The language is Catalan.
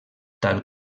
tal